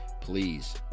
please